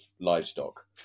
livestock